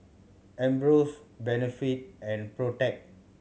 Ambros Benefit and Protex